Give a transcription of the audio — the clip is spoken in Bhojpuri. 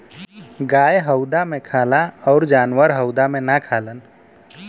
गाय हउदा मे खाला अउर जानवर हउदा मे ना खालन